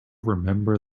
remember